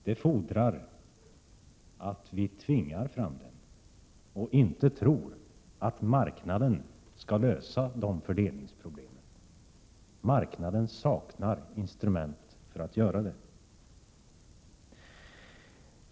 Det fordrar att vi tvingar fram den och inte tror att marknaden skall lösa de fördelningsproblemen. Marknaden saknar instrument för att göra det.